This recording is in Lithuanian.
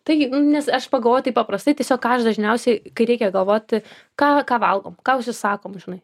taigi nes aš pagalvojau taip paprastai tiesiog ką aš dažniausiai kai reikia galvoti ką ką valgom ką užsisakom žinai